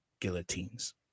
guillotines